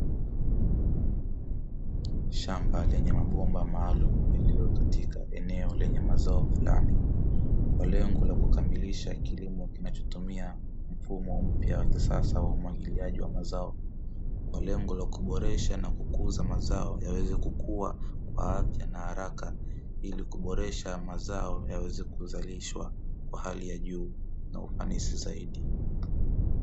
Shamba lenye mabomba maalumu yaliyo katika eneo lenye mazao fulani, kwa lengo la kukamilisha kilimo kinachotumia mfumo mpya wa kisasa wa umwagiliaji wa mazao kwa lengo la kuboresha na kukuza mazao yaweze kukua kwa afya na haraka ili kuboresha mazao yaweze kuzalishwa kwa hali ya juu na ufanisi zaidi.